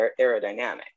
aerodynamic